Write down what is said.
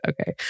Okay